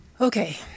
Okay